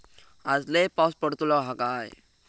आज लय पाऊस पडतलो हा काय?